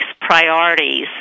priorities